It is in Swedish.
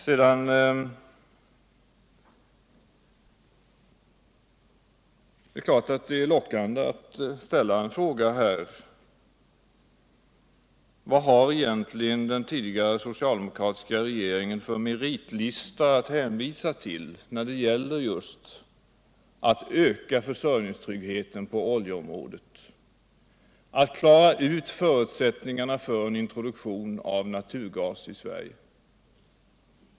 Sedan är det klart att det är lockande att ställa frågan: Vad har egentligen den socialdemokratiska regeringen för meritlista att hänvisa till när det gällt att öka försörjningstryggheten på oljeområdet och att klara ut förutsättningarna för en introduktion av naturgas i Sverige?